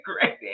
Great